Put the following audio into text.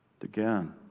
Again